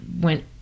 went